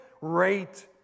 rate